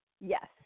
Yes